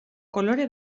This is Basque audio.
kolore